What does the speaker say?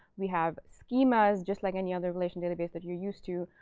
we have schemas, just like any other relational database that you're used to.